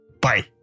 Bye